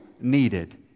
needed